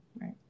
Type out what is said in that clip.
Right